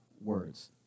words